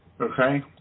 okay